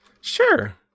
Sure